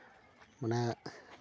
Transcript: ᱢᱟᱱᱮ